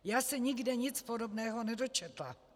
Já se nikde nic podobného nedočetla.